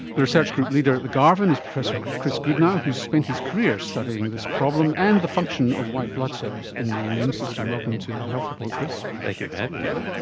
the research group leader at the garvan is professor chris goodnow, who has spent his career studying this problem and the function of white blood cells in the immune system. welcome to the health report, chris. thank you for having me norman.